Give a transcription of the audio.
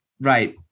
Right